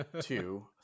two